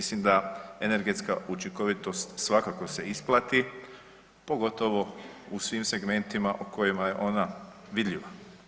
Mislim da energetska učinkovitost svakako se isplati pogotovo u svim segmentima u kojima je ona vidljiva.